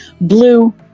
blue